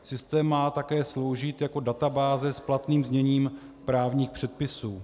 Systém má také sloužit jako databáze s platným zněním právních předpisů.